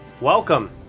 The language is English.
welcome